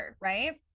right